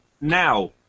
now